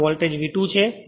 તેથી voltage V2 છે